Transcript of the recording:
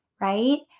right